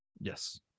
Yes